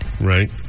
right